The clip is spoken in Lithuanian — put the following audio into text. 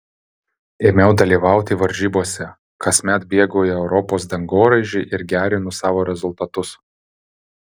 ėmiau dalyvauti varžybose kasmet bėgu į europos dangoraižį ir gerinu savo rezultatus